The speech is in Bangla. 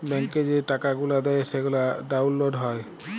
ব্যাংকে যে টাকা গুলা দেয় সেগলা ডাউল্লড হ্যয়